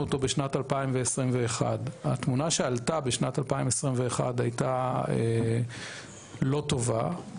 אותו בשנת 2021. התמונה שעלתה בשנת 2021 הייתה לא טובה,